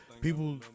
People